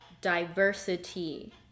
diversity